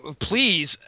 Please